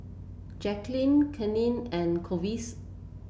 Jacquelynn Kaitlyn and Clovis